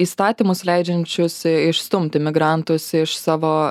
įstatymus leidžiančius išstumti migrantus iš savo